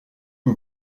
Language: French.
que